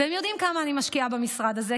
והם יודעים כמה אני משקיעה במשרד הזה,